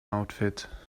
outfit